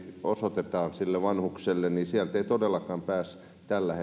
osoitetaan vanhukselle niin sieltä ei todellakaan pääse tällä